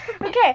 Okay